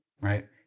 right